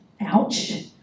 Ouch